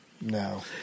No